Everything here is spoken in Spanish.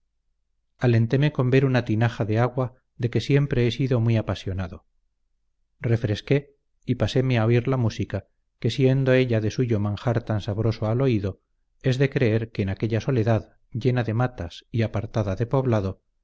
día alenteme con ver una tinaja de agua de que siempre he sido muy apasionado refresqué y páseme a oír la música que siendo ella de suyo manjar tan sabroso al oído es de creer que en aquella soledad llena de matas y apartada de poblado